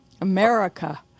America